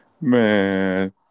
Man